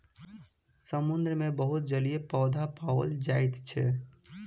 समुद्र मे बहुत जलीय पौधा पाओल जाइत अछि